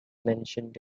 mentioned